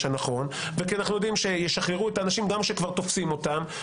הנכון וכי אנחנו יודעים שישחררו את האנשים גם כשכבר תופסים אותם,